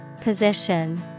Position